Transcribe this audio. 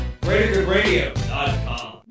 greatergoodradio.com